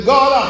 God